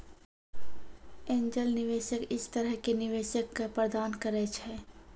angel निवेशक इस तरह के निवेशक क प्रदान करैय छै